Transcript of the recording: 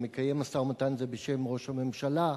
המקיים משא-ומתן זה בשם ראש הממשלה,